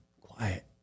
quiet